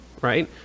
right